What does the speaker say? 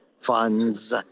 funds